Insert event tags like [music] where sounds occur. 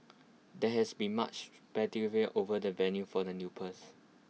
there has been much [unintelligible] over the venue for the [unintelligible]